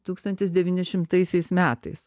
tūkstantis devyni šimtaisiais metais